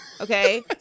Okay